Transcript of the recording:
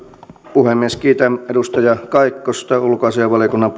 puhemies kiitän edustaja kaikkosta ulkoasiainvaliokunnan